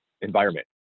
environment